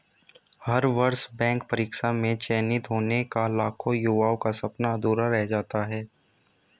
हर वर्ष बैंक परीक्षा में चयनित होने का लाखों युवाओं का सपना अधूरा रह जाता है